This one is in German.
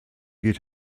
geht